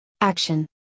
action